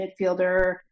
midfielder